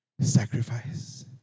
sacrifice